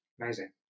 Amazing